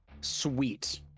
Sweet